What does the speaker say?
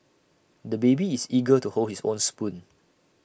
the baby is eager to hold his own spoon